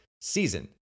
season